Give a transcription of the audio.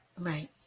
Right